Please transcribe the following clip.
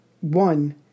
one